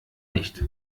nicht